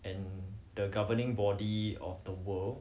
and the governing body of the world